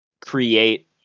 create